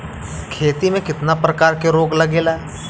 खेती में कितना प्रकार के रोग लगेला?